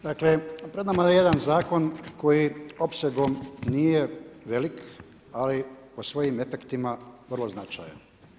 Dakle pred nama je jedan zakon koji opsegom nije velik, ali po svojim efektima vrlo značajan.